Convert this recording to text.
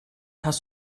hast